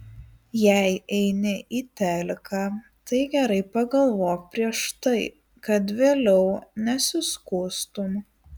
jei eini į teliką tai gerai pagalvok prieš tai kad vėliau nesiskųstum